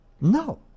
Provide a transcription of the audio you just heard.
No